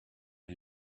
who